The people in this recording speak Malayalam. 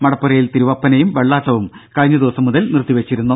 മടപ്പുരയിൽ തിരുവപ്പനയും വെള്ളാട്ടവും കഴിഞ്ഞ ദിവസം മുതൽ നിർത്തിവെച്ചിരുന്നു